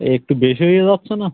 একটু বেশি হয়ে যাচ্ছে না